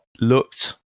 looked